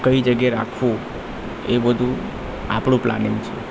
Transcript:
કઈ જગ્યાએ રાખવું એ બધું આપણું પ્લાનિંગ છે